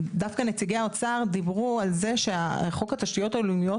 דווקא נציגי האוצר דיברו על זה שחוק התשתיות הלאומיות